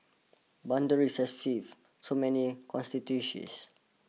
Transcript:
boundaries have shift so many constituencies